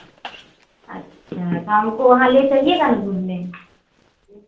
अच्छा तो हमको वहाँ ले चलिएगा ना घूमने